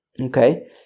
Okay